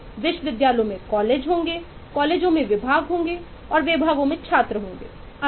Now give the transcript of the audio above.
विश्वविद्यालयों में कॉलेज होंगे कॉलेजों में विभाग होंगे विभागों में छात्र होंगे आदि